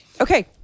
Okay